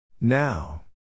Now